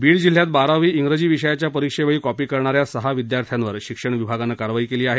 बीड जिल्ह्यात बारावी इंग्रजी विषयाच्या परीक्षेवेळी कॉपी करणाऱ्या सहा विद्यार्थ्यांवर शिक्षण विभागानं कारवाई केली आहे